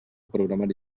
programari